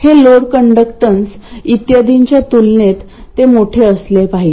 हे load conductance इत्यादींच्या तुलनेत ते मोठे असले पाहिजे